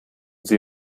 sie